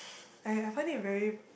I I find it very